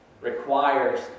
requires